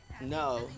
No